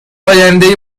آیندهای